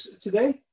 today